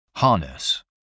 Harness